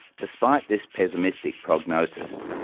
despite this pessimistic prognosis,